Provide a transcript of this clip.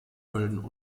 köln